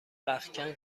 رختکن